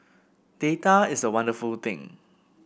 data is a wonderful thing